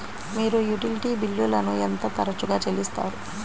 మీరు యుటిలిటీ బిల్లులను ఎంత తరచుగా చెల్లిస్తారు?